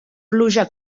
pluja